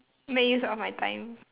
make use of my time